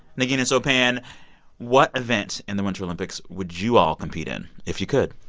negin and sopan what event in the winter olympics would you all compete in if you could?